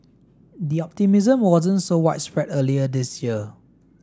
the optimism wasn't so widespread earlier this year